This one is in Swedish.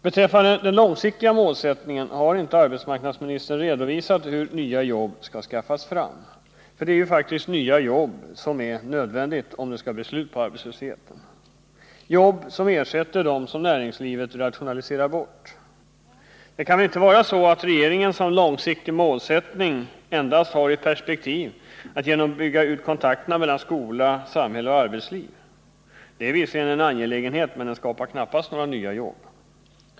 Beträffande den långsiktiga målsättningen har arbetsmarknadsministern inte redovisat hur nya jobb skall skaffas fram — för det är faktiskt nödvändigt att nya jobb skapas, som ersätter dem som näringslivet rationaliserar bort, om det skall bli slut på arbetslösheten. Det kan väl inte vara så, att regeringen som långsiktig målsättning endast har i perspektiv att bygga ut kontakterna mellan skola, samhälle och arbetsliv. Det är visserligen en angelägenhet, men det skapar knappast några nya jobb.